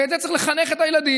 ולזה צריך לחנך את הילדים.